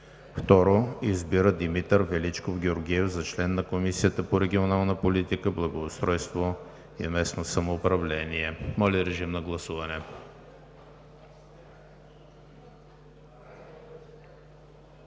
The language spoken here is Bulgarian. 2. Избира Димитър Величков Георгиев за член на Комисията по регионална политика, благоустройство и местно самоуправление.“ Моля, режим на гласуване.